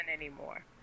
anymore